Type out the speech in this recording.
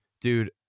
dude